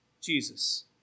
Jesus